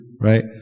Right